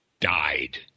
died